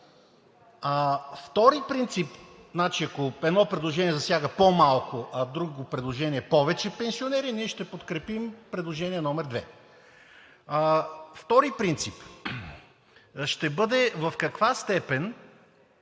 посока? Значи, ако едно предложение засяга по-малко, а друго предложение – повече пенсионери, ние ще подкрепим предложение номер две. Вторият принцип ще бъде в каква степен